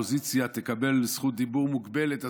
שהאופוזיציה תקבל זכות דיבור מוגבלת,